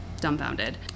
dumbfounded